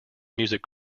music